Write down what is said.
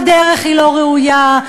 הדרך היא לא ראויה,